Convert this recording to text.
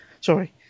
Sorry